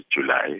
July